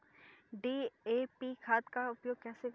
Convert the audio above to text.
DAP खाद का उपयोग कैसे करें?